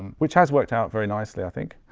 and which has worked out very nicely i think.